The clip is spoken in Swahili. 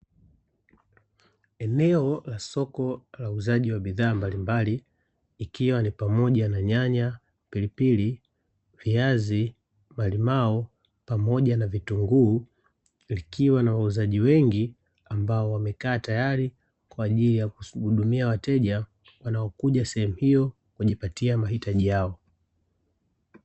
Eneo la soko la uzaaji wa bidhaa mbalimbali, ikiwa ni pamoja na: nyanya, pilipili, viazi, malimao, pamoja na vitunguu, likiwa na wauzaji wengi ambao wamekaa tayari kwa ajili ya kuwahudumia wateja wanaokuja sehemu hiyo ili kujipatia mahitaji yao.